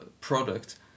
product